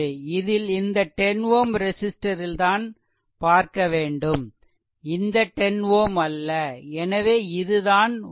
இதில் இந்த 10 Ω ரெசிஸ்ட்டரில் தான் பார்க்க வேண்டும் இந்த 10 Ω அல்ல எனவே இது தான் 12